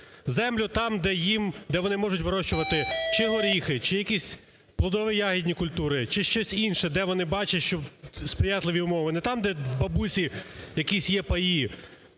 Землю там, де вони можуть вирощувати чи горіхи, чи якісь плодово-ягідні культури, чи щось інше, де вони бачать, що сприятливі умови. Не там, де у бабусі якісь є паї,